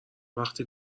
وقتی